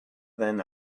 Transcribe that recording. than